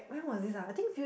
when was this ah I think